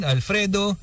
Alfredo